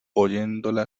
oyéndola